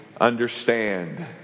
understand